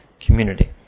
community